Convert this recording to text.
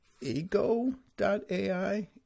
ego.ai